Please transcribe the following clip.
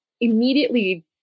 immediately